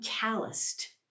calloused